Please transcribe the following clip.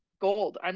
gold